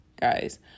guys